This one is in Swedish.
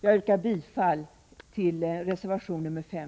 Jag yrkar bifall till reservation 5.